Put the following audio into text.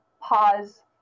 pause